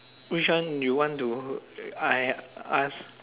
which one you want to I ask